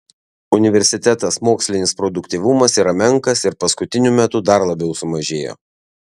universitetas mokslinis produktyvumas yra menkas ir paskutiniu metu dar labiau sumažėjo